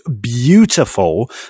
beautiful